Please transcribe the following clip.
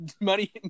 money